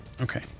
Okay